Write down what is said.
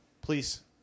please